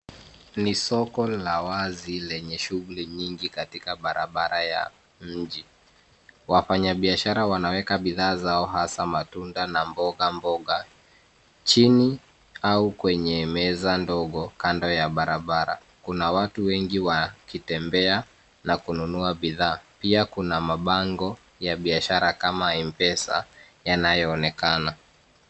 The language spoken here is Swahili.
Ni soko la wazi lenye shughuli nyingi katika barabara ya mji. Wafanyabiashara wanaweka bidhaa zao hasa matunda na mboga mboga, chini au kwenye meza ndogo kando ya barabara. Kuna watu wengi wakitembea, na kununua bidhaa. Pia kuna mabango ya biashara kama mpesa, yanayoonekana.